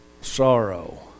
sorrow